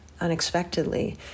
unexpectedly